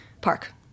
Park